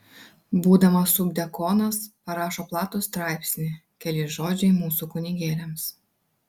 būdamas subdiakonas parašo platų straipsnį keli žodžiai mūsų kunigėliams